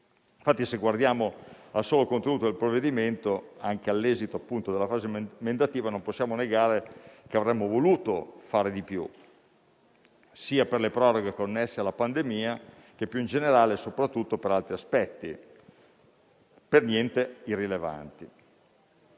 Se guardiamo al solo contenuto del provvedimento, infatti, anche all'esito della fase emendativa, non possiamo negare che avremmo voluto fare di più sia per le problematiche connesse alla pandemia, sia più in generale per altri aspetti per nulla irrilevanti.